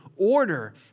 Order